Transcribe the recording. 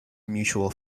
mutual